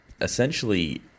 essentially